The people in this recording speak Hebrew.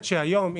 היום,